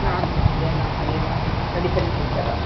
normal அதேதான் அதேதான் ready பண்ணிக்கொடுத்திர்றேன்